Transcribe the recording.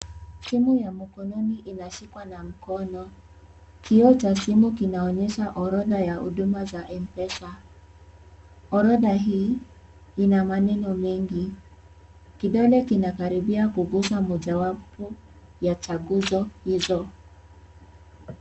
Simu ya mkononi inashikwa na mkono. Kioo cha simu kinaonyesha orodha ya huduma za M-pesa. Orodha hii, ina maneno mengi. Kidole kinakaribia kugusa mojawapo ya chaguzo hizo.